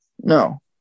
No